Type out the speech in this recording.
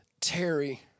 Terry